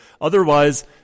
Otherwise